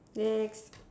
next